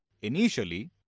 initially